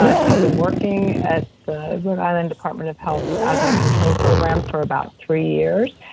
ah she's been working at the rhode island department of health asthma control program for about three years.